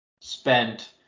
spent